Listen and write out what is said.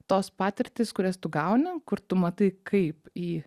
tos patirtys kurias tu gauni kur tu matai kaip į